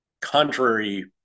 contrary